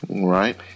Right